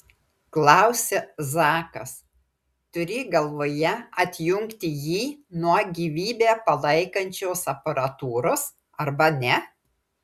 klausia zakas turi galvoje atjungti jį nuo gyvybę palaikančios aparatūros arba ne